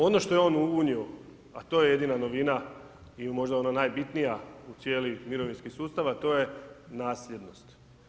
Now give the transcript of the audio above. Ono što je on unio, a to je jedina novina i možda ona najbitnija u cijeli mirovinski sustav, a to je nasljednost.